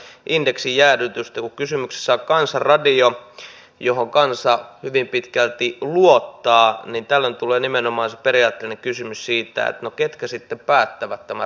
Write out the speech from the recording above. kun kysymyksessä on kansan radio johon kansa hyvin pitkälti luottaa niin tällöin tulee nimenomaan se periaatteellinen kysymys siitä että ketkä sitten päättävät tämän radion toiminnasta